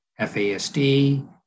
FASD